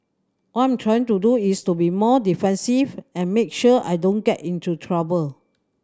all I'm trying to do is to be more defensive and make sure I don't get into trouble